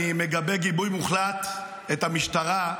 אני מגבה גיבוי מוחלט את המשטרה,